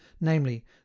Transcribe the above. namely